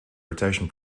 rotation